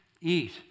eat